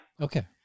Okay